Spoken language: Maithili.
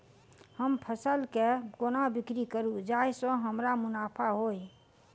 हम फसल केँ कोना बिक्री करू जाहि सँ हमरा मुनाफा होइ?